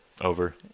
over